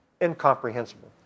incomprehensible